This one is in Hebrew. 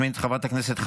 חברי הכנסת,